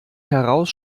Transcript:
heraus